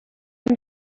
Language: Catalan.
amb